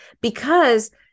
because-